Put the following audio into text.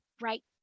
right